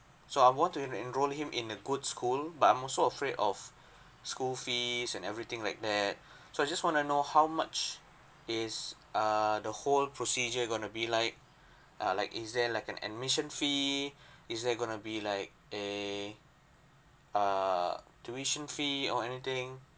so I want to him enrol him in a good school but I'm also afraid of school fees and everything like that so I just want to know how much is err the whole procedure going to be like uh like is there like an admission fee is there going to be like a err tuition fee or anything